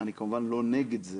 אני כמובן לא נגד זה,